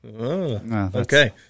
Okay